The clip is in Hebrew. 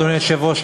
אדוני היושב-ראש,